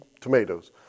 tomatoes